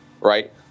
right